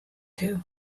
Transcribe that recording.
too